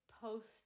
post